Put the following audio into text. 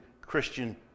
Christian